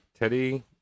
Teddy